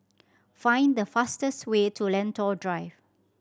find the fastest way to Lentor Drive